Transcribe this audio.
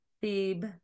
thebe